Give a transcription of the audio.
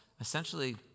essentially